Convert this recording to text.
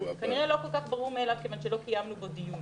כנראה שלא כל כך ברור מאליו מכיוון שלא קיימנו בו דיון